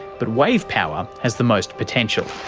but wave power has the most potential.